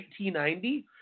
1990